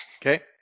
Okay